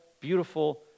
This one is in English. beautiful